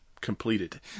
completed